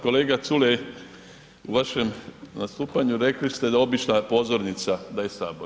Kolega Culej u vašem nastupanju rekli ste da obična pozornica da je Sabor.